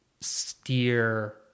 steer